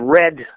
red